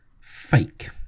fake